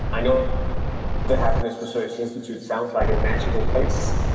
i know the happiness research institute sounds like a magical place,